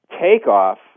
takeoff